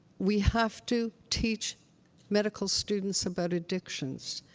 we have to teach medical students about addictions.